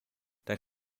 dann